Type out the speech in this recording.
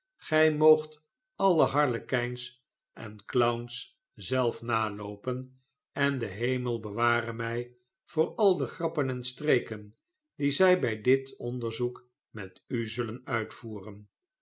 gij moogt alle harlekijns en clowns zelf naloopen en de hemel beware my voor al de grappen en streken die zij by dit onderzoek met u zullen uitvoeren